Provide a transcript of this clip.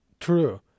True